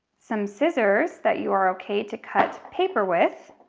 some scissors that you are okay to cut paper with,